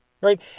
right